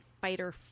Fighter